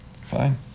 Fine